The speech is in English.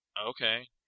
Okay